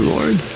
Lord